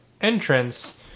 entrance